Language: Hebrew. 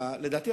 לדעתי,